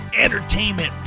entertainment